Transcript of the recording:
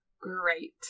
great